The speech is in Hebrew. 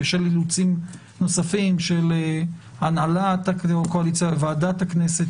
בשל אילוצים נוספים של הנהלת הקואליציה וועדת הכנסת,